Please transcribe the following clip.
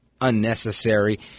unnecessary